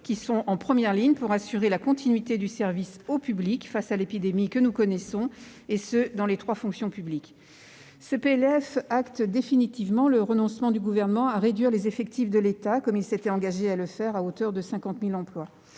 qui sont en première ligne pour assurer la continuité du service au public face à l'épidémie que nous connaissons, et ce dans les trois fonctions publiques. Le projet de loi de finances pour 2021 acte définitivement le renoncement du Gouvernement à réduire les effectifs de l'État, comme il s'était engagé à le faire à hauteur de 50 000 emplois.